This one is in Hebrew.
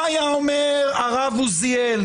מה היה אומר הרב עוזיאל,